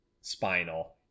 spinal